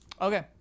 Okay